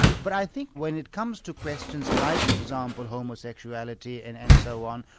but i think when it comes to questions like for example, homosexuality and and so on,